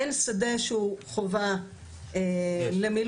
אין שדה שהוא חובה למילוי.